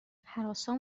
هراسان